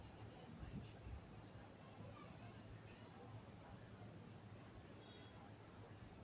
प्रधानमंत्री गरीब कल्याण योजना से क्या लाभ मिल सकता है?